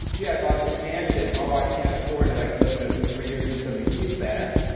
gee, i bought a mcmansion. oh, i can't afford it. i can live in it for three years and send the keys back.